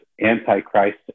anti-Christ